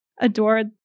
adored